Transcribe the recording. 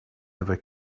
ever